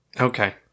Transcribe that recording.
Okay